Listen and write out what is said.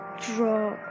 draw